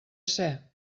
ser